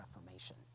Reformation